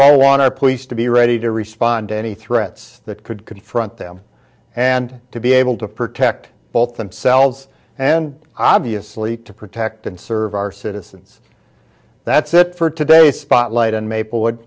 all want our police to be ready to respond to any threats that could confront them and to be able to protect both themselves and obviously to protect and serve our citizens that's it for today's spotlight and maplewo